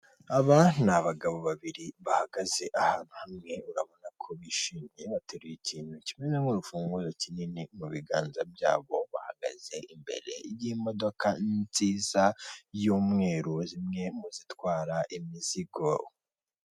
aba ni abagabo babiri bahagaze ahantu hamwe urabona ko bishimye bateruye ikintu kimwe kimeze nk'urufunguzo kinini mu biganza byabo, bahagaze imbere y'imodoka nziza y'umweru zimwe mu zitwara imizigo.